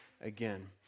again